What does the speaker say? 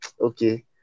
okay